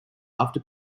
after